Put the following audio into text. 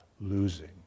losing